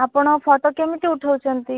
ଆପଣ ଫୋଟୋ କେମିତି ଉଠଉଛନ୍ତି